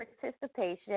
participation